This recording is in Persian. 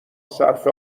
صرف